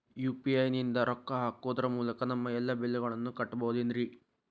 UPI ನಿಂದ ರೊಕ್ಕ ಹಾಕೋದರ ಮೂಲಕ ನಮ್ಮ ಎಲ್ಲ ಬಿಲ್ಲುಗಳನ್ನ ಕಟ್ಟಬಹುದೇನ್ರಿ?